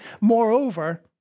Moreover